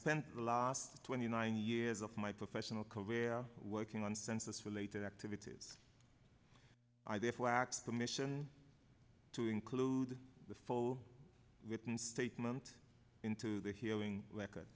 spent the last twenty nine years of my professional career working on census related activities i therefore x the mission to include the full written statement into the healing record